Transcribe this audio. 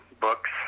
books